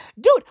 Dude